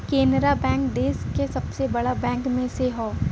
Canara bank देस का सबसे बड़ा बैंक में से हौ